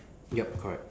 yup correct